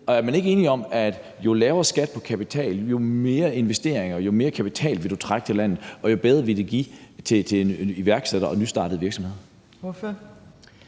er vi ikke enige om, at jo lavere skat på kapital, jo flere investeringer og jo mere kapital vil du trække til landet, og jo mere vil det give til iværksættere og nystartede virksomheder?